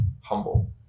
humble